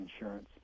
insurance